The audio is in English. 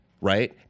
right